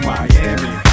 Miami